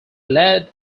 led